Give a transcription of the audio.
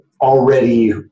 already